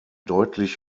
deutlich